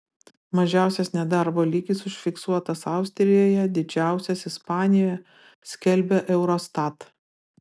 mažiausias nedarbo lygis užfiksuotas austrijoje didžiausias ispanijoje skelbia eurostat